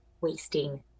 wasting